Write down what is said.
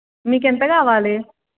మీకు ఎంత కావాలి